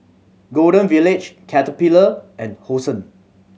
Golden Village Caterpillar and Hosen